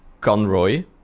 conroy